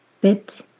bit